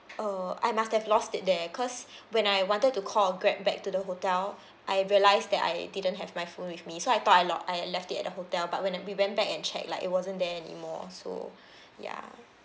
uh I must have lost it there because when I wanted to call a Grab back to the hotel I realised that I didn't have my phone with me so I thought I lost I left it at the hotel but when like we went back and check like it wasn't there anymore so ya